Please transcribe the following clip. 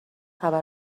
بابام